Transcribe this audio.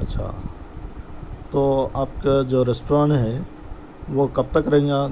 اچھا تو آپ کا جو ریسٹورینٹ ہے وہ کب تک رہیں گا